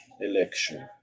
election